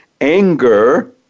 anger